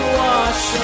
wash